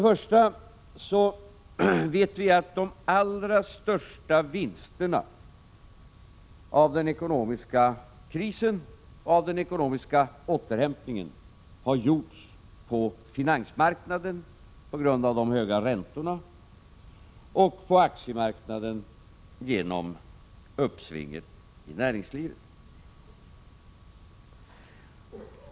Vi vet att de allra största vinsterna av den ekonomiska krisen och av den ekonomiska återhämtningen har gjorts på finansmarknaden på grund av de höga räntorna och på aktiemarknaden genom uppsvinget i näringslivet.